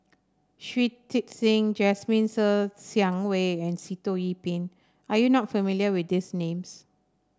Shui Tit Sing Jasmine Ser Xiang Wei and Sitoh Yih Pin are you not familiar with these names